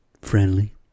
friendly